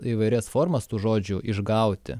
įvairias formas tų žodžių išgauti